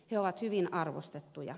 he ovat hyvin arvostettuja